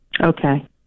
Okay